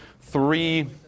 three